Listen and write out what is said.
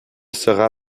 sera